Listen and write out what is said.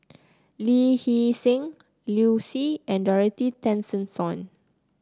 Lee Hee Seng Liu Si and Dorothy Tessensohn